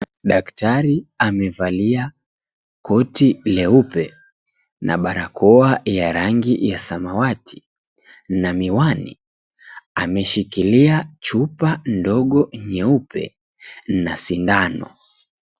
Daktari amevalia koti leupe na barakoa ya rangi ya samawati na miwani ameshikilia chupa ndogo nyeupe na sindano.